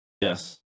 Yes